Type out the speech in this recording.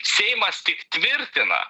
seimas tik tvirtina